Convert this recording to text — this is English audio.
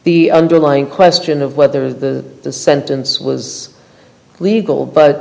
the underlying question of whether the sentence was legal but